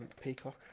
peacock